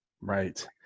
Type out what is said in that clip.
Right